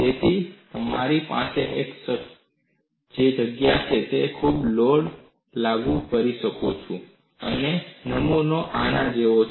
તેથી મારી પાસે એક જગ્યા છે જ્યાં હું લોડ લાગુ કરી શકું છું અને નમૂનો આના જેવો છે